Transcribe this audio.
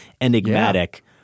enigmatic